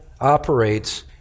operates